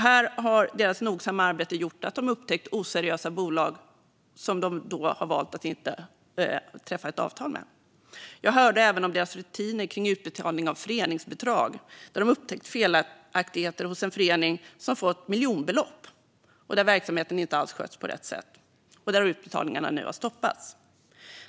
Här har deras nogsamma arbete gjort att de upptäckt oseriösa bolag, och de har då valt att inte träffa avtal med de bolagen. Jag hörde även om deras rutiner kring utbetalning av föreningsbidrag. De har upptäckt felaktigheter hos en förening som fått miljonbelopp och där verksamheten inte skötts på rätt sätt, och där har utbetalningarna nu stoppats.